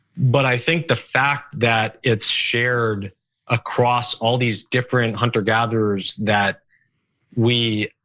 but i think the fact that it's shared across all these different hunter gatherers that we.